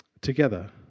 together